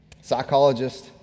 psychologist